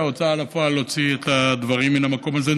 ההוצאה לפועל להוציא את הדברים מן המקום הזה.